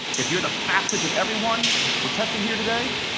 if you're the fastest of everyone we're testing here today,